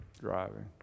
driving